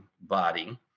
body